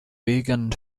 wegen